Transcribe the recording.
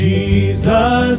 Jesus